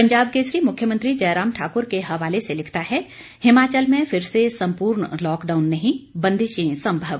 पंजाब केसरी मुख्यमंत्री जयराम ठाकुर के हवाले से लिखता है हिमाचल में फिर से संपूर्ण लॉकडाउन नहीं बंदिशें संमव